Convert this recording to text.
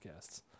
podcasts